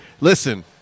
Listen